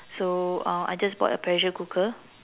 so uh I just bought a pressure cooker